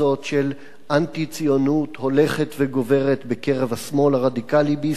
של אנטי-ציונות הולכת וגוברת בקרב השמאל הרדיקלי בישראל,